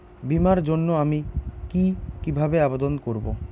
বিমার জন্য আমি কি কিভাবে আবেদন করব?